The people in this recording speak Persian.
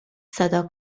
صدا